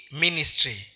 ministry